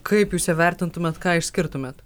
kaip jūs įvertintumėt ką išskirtumėt